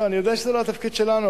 אני יודע שזה לא התפקיד שלכם,